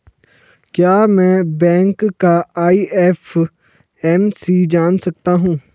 क्या मैं बैंक का आई.एफ.एम.सी जान सकता हूँ?